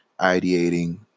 ideating